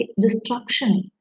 destruction